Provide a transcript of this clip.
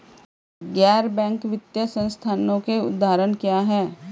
गैर बैंक वित्तीय संस्थानों के उदाहरण क्या हैं?